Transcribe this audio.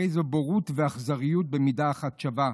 הרי זו בורות ואכזריות במידה אחת שווה,